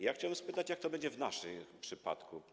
Ja chciałem spytać, jak to będzie w naszym przypadku.